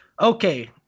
okay